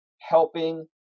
helping